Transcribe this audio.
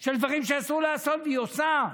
של דברים שאסור לעשות והיא עושה.